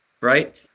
Right